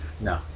No